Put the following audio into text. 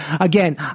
Again